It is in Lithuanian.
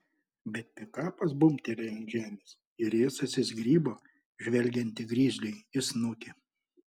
bet pikapas bumbtelėjo ant žemės ir ji susizgribo žvelgianti grizliui į snukį